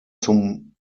zum